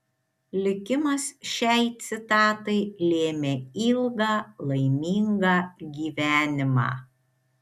likimas šiai citatai lėmė ilgą laimingą gyvenimą